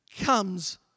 comes